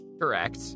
correct